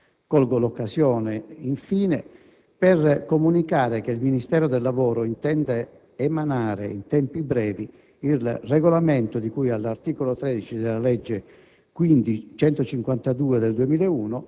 27 luglio 2007. Colgo l'occasione, infine, per comunicare che il Ministero del lavoro intende emanare, in tempi brevi, il regolamento di cui all'articolo 13 della legge